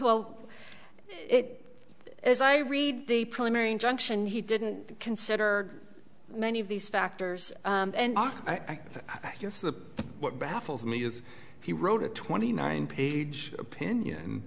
well it is i read the primary injunction he didn't consider many of these factors and i think that what baffles me is he wrote a twenty nine page opinion